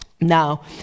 now